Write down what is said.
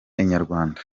inyarwanda